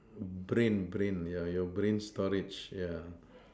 brain brain yeah your brain storage yeah